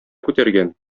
күтәргән